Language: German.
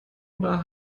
oder